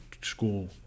school